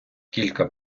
кілька